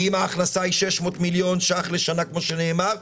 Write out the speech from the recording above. אם ההכנסה היא 600 מיליון שקלים בשנה כמו שנאמר,